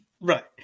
right